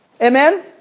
Amen